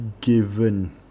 given